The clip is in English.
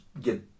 get